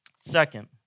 Second